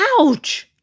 Ouch